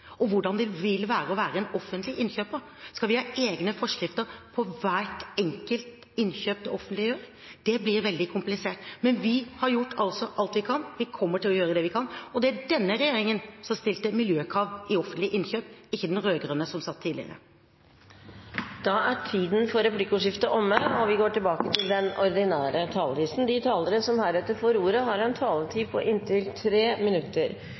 og hvordan det ville være å være en offentlig innkjøper. Skal vi ha egne forskrifter for hvert enkelt innkjøp det offentlige gjør? Det vil bli veldig komplisert. Men vi har gjort alt vi kan, og vi kommer til å gjøre det vi kan. Og det var denne regjeringen som stilte miljøkrav til offentlige innkjøp, ikke den rød-grønne, som satt tidligere. Replikkordskiftet er omme. De talere som heretter får ordet, har en taletid på inntil 3 minutter. Tidligere i debatten inviterte finansministeren til, noe som er naturlig på slutten av en